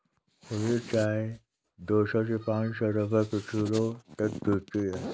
खुली चाय दो सौ से पांच सौ रूपये प्रति किलो तक बिकती है